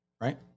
Right